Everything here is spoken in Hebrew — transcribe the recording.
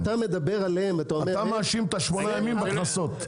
אתה מאשרים את ה-8 ימים בקנסות.